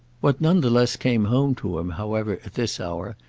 what none the less came home to him, however, at this hour,